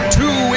two